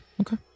Okay